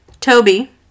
Toby